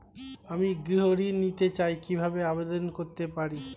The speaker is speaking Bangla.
আমি গৃহ ঋণ নিতে চাই কিভাবে আবেদন করতে পারি?